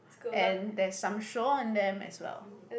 and there's some sure on them as well